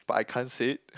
but I can't say it